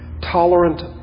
Tolerant